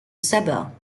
sabah